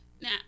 Now